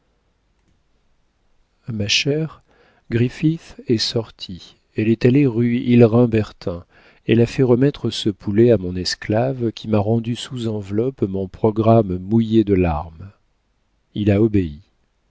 ma chère griffith est sortie elle est allée rue hillerin bertin elle a fait remettre ce poulet à mon esclave qui m'a rendu sous enveloppe mon programme mouillé de larmes il a obéi